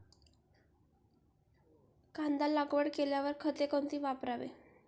कांदा लागवड केल्यावर खते कोणती वापरावी?